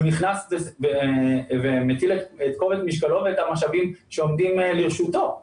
הוא נכנס ומטיל את כובד משקלו ואת המשאבים שעומדים לרשותו.